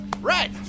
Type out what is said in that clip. Right